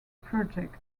project